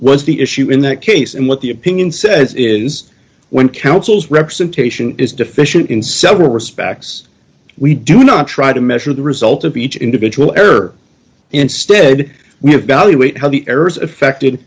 was the issue in that case and what the opinion says is when counsel's representation is deficient in several respects we do not try to measure the result of each individual error instead we evaluate how the errors affected